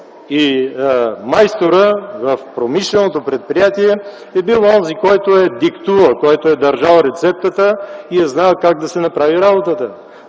Майсторът в промишленото предприятие е бил онзи, който е диктувал, който е държал рецептата и е знаел как да се свърши работата.